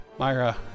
Myra